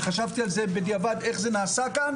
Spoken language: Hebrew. וחשבתי על זה בדיעבד איך זה נעשה כאן,